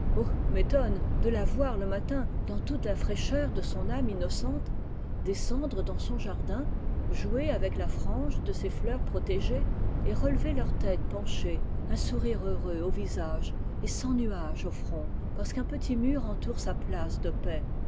m'ëtonne de la voir le matin dans toute la fraîcheur de son âme innocente descendre dans son jardin jouer avec la frange de ses fleurs protégées et relever leurs têtes penchées un sourire heureux au visage et sans nuage au front parce qu'un petit mur entoure sa place de paix